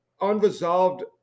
unresolved